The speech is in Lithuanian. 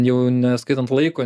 jau neskaitant laiko